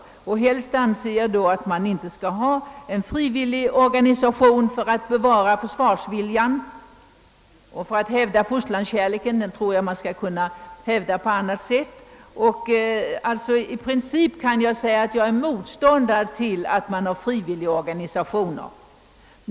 I första hand anser jag dock att man inte skall ha frivilligorganisationer för att bevara försvarsviljan och hävda fosterlandskärleken. Denna kan man säkerligen hävda på annat sätt. I princip är jag alltså motståndare till frivilligorganisationer.